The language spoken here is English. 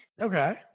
Okay